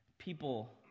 people